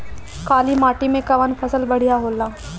काली माटी मै कवन फसल बढ़िया होला?